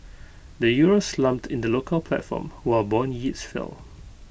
the euro slumped in the local platform while Bond yields fell